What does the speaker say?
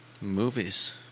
Movies